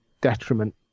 detriment